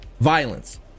violence